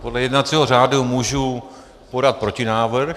Podle jednacího řádu můžu podat protinávrh.